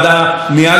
הסתייענו,